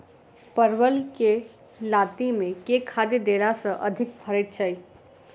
परवल केँ लाती मे केँ खाद्य देला सँ अधिक फरैत छै?